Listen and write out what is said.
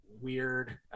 Weird